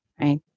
right